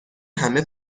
همه